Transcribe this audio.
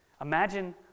imagine